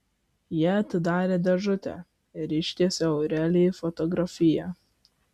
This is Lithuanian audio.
ji atidarė dėžutę ir ištiesė aurelijui fotografiją